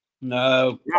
No